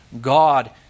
God